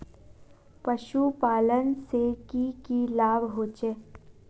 पशुपालन से की की लाभ होचे?